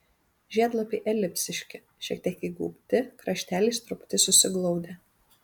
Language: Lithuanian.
žiedlapiai elipsiški šiek tiek įgaubti krašteliais truputį susiglaudę